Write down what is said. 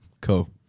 cool